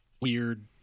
weird